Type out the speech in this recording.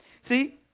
See